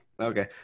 Okay